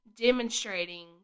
demonstrating